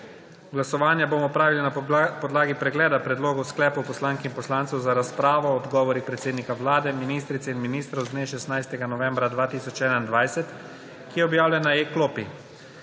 Glasovanje bomo opravili na podlagi pregleda predlogov sklepov poslank in poslancev za razpravo o odgovorih predsednika Vlade, ministrice in ministrov z dne 16. novembra 2021, ki je objavljen na e-klopi.